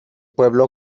pueblo